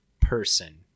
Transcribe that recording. person